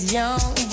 young